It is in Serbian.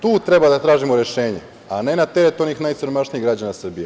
Tu treba da tražimo rešenje, a ne na teret onih najsiromašnijih građana Srbije.